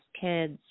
kids